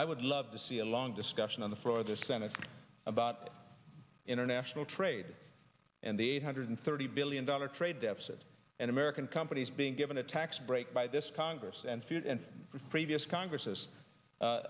i would love to see a long discussion on the floor of the senate about international trade and the eight hundred thirty billion dollars trade deficit and american companies being given a tax break by this congress and future and previous congress